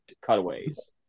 cutaways